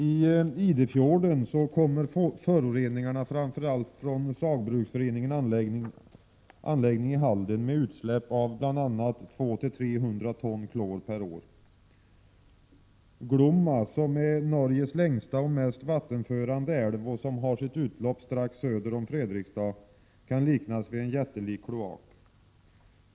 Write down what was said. I Idefjorden kommer föroreningarna framför allt från Saugbrugforeningens anläggning i Halden med utsläpp av bl.a. 200-300 ton klor per år. Glomma, som är Norges längsta och mest vattenförande älv och som har sitt utlopp strax söder om Fredriksstad, kan liknas vid en jättelik kloak.